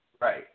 Right